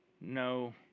no